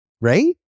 Right